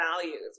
values